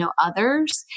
others